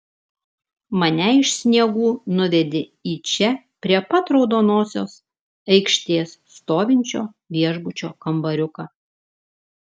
mane iš sniegų nuvedė į čia pat prie raudonosios aikštės stovinčio viešbučio kambariuką